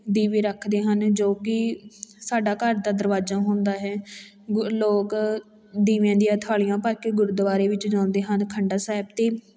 ਦੀਵੇ ਰੱਖਦੇ ਹਨ ਜੋ ਕਿ ਸਾਡਾ ਘਰ ਦਾ ਦਰਵਾਜ਼ਾ ਹੁੰਦਾ ਹੈ ਗੁ ਲੋਕ ਦੀਵਿਆਂ ਦੀਆਂ ਥਾਲੀਆਂ ਭਰ ਕੇ ਗੁਰਦੁਆਰੇ ਵਿੱਚ ਜਾਂਦੇ ਹਨ ਖੰਡਾ ਸਾਹਿਬ 'ਤੇ